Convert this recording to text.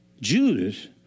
Judas